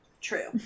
True